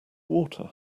water